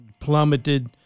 plummeted